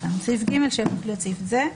סעיף (ג) יהיה סעיף (ב):